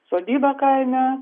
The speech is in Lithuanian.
sodybą kaime